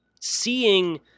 seeing